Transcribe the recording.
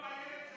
איפה אילת שקד?